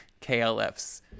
KLF's